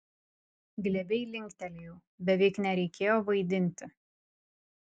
glebiai linktelėjau beveik nereikėjo vaidinti